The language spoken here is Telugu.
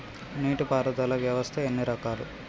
నీటి పారుదల వ్యవస్థ ఎన్ని రకాలు?